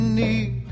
need